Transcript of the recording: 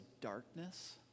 darkness